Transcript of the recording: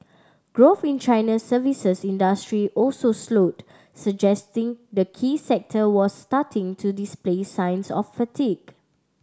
growth in China's services industry also slowed suggesting the key sector was starting to display signs of fatigue